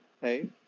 hey